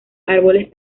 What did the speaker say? árboles